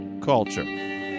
Culture